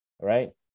right